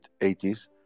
80s